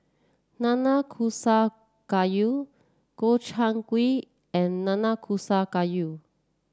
Nanakusa Gayu Gobchang Gui and Nanakusa Gayu